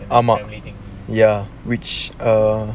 among ya which err